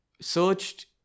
searched